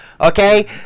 Okay